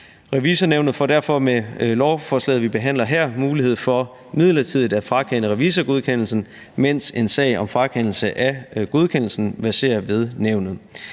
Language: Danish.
Revisornævnet får derfor med lovforslaget, vi behandler her, mulighed for midlertidigt at frakende revisorgodkendelsen, mens en sag om frakendelse af godkendelsen verserer ved nævnet.